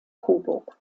coburg